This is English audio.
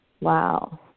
Wow